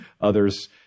others